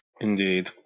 Indeed